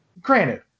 Granted